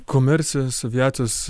komercijos aviacijos